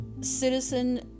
citizen